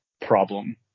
problem